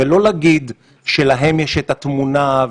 לא להגיד שלהם יש את התמונה,